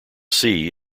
sea